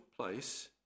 place